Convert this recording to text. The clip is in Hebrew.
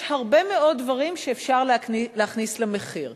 יש הרבה מאוד דברים שאפשר להכניס למחיר.